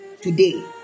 Today